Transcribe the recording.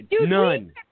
none